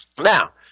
Now